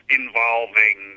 involving